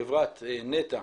חברת נת"ע